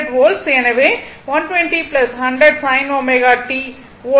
எனவே 120 100 sin ω t volt